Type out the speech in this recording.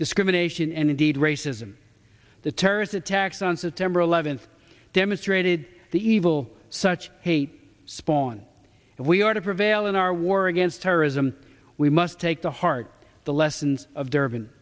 discrimination and indeed racism the terrorist attacks on september eleventh demonstrated the evil such hate spawn that we are to prevail in our war against terrorism we must take to heart the lessons o